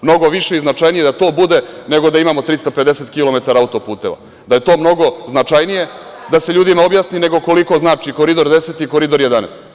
Mnogo više i značajnije da to bude, nego da imamo 350 kilometara autoputeva, da je to mnogo značajnije da se ljudima objasni, nego koliko znači Koridor 10 i Koridor 11.